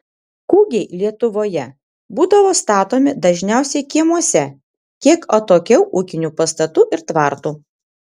kūgiai lietuvoje būdavo statomi dažniausiai kiemuose kiek atokiau ūkinių pastatų ir tvartų